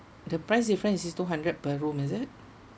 the price difference is still two hundred per room is it